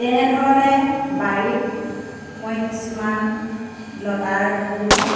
তেনেধৰণে বাৰীত মই কিছুমান লতা ৰুওঁ